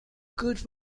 good